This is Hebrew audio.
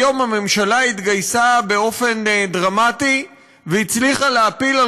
היום הממשלה התגייסה באופן דרמטי והצליחה להפיל על